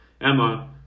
Emma